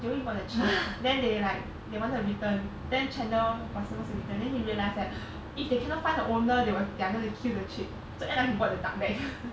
joey bought the chick then they like they wanted to return ten chandler was supposed to return then he realized that if they cannot find the owner they were they are going to kill the chick so end up he bought the duck back